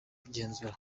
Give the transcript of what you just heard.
genzura